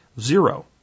zero